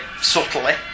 subtly